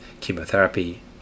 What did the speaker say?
chemotherapy